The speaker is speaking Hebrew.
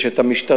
יש את המשטרה